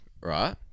right